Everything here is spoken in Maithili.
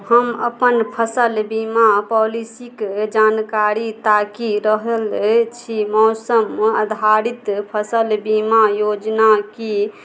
हम अपन फसल बीमा पॉलिसीक जानकारी ताकि रहल छी मौसम आधारित फसल बीमा योजना की